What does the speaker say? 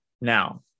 now